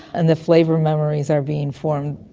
and the flavour memories are being formed.